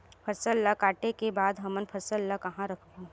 फसल ला काटे के बाद हमन फसल ल कहां रखबो?